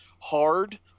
hard